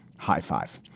high five.